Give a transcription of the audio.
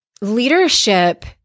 leadership